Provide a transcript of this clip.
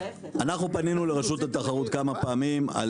אנחנו פנינו לרשות התחרות כמה פעמים על